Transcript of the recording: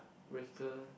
with the